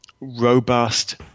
robust